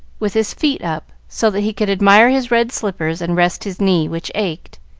with his feet up, so that he could admire his red slippers and rest his knee, which ached.